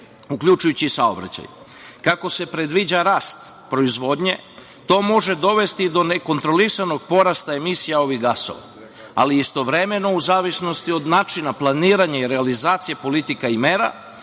uključujuću i saobraćaj. Kako se predviđa rast proizvodnje to može dovesti do nekontrolisanog porasta emisija ovih gasova, ali istovremeno u zavisnosti od načina planiranja i realizacije politika i mera